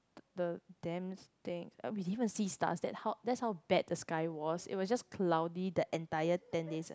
the damn thing we didn't even see stars that that's how bad the sky was it was just cloudy the entire ten days eh